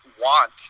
want